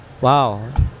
Wow